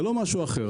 זה לא משהו אחר.